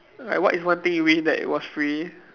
like what is one thing you wish that it was free